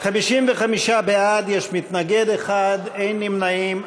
55 בעד, יש מתנגד אחד, אין נמנעים.